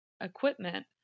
equipment